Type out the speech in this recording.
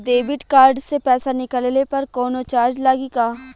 Debit card से पैसा निकलले पर कौनो चार्ज लागि का?